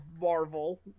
Marvel